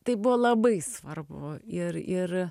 tai buvo labai svarbu ir ir